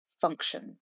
function